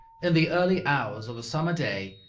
in the early hours of a summer day,